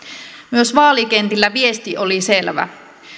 myös vaalikentillä viesti oli selvä